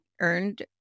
earned